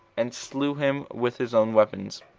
and slew him with his own weapons.